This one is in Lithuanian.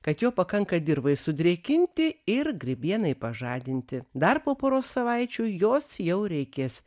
kad jo pakanka dirvai sudrėkinti ir grybienai pažadinti dar po poros savaičių jos jau reikės